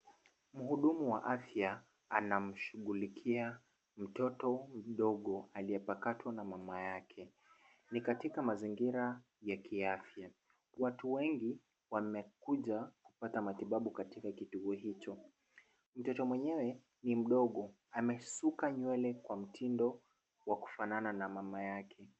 Mhudumu wa afya anamshughulikia mtoto mdogo aliyepakatwa na mama yake. Ni katika mazingira ya kiafya. Watu wengi wamekuja kupata matibabu katika kituo hicho. Mtoto mwenyewe ni mdogo. Amesuka nywele kwa mtindo wa kufanana na mama yake.